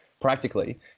Practically